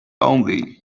only